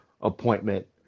appointment